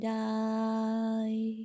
die